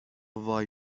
وای